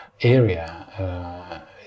area